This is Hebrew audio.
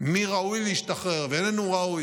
מי ראוי להשתחרר ומי אינו ראוי,